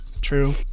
True